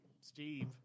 Steve